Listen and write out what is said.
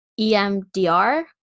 EMDR